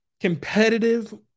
competitive